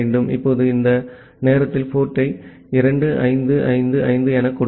இப்போது இந்த நேரத்தில் போர்ட்டை 2555 எனக் கொடுங்கள்